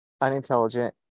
unintelligent